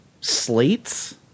slates